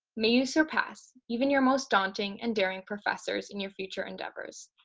may you surpass even your most daunting and daring professors in your future endeavors.